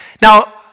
Now